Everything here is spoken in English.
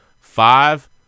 five